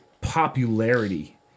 popularity